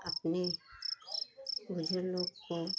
अपने बुजुर्ग लोग को